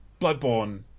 Bloodborne